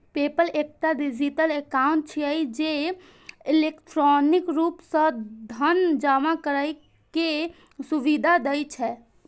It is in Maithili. पेपल एकटा डिजिटल एकाउंट छियै, जे इलेक्ट्रॉनिक रूप सं धन जमा करै के सुविधा दै छै